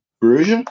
Bruges